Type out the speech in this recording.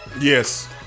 Yes